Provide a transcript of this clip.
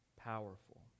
powerful